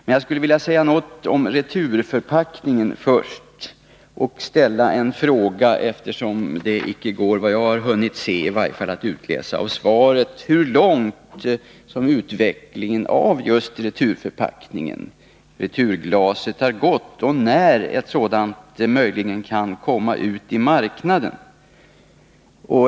Jag skulle först vilja säga något om returförpackningen och ställa en fråga, eftersom det —i varje fall såvitt jag har hunnit se — icke går att utläsa av svaret hur långt utvecklingen av returglaset har gått och när ett sådant möjligen kan komma ut på marknaden.